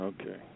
Okay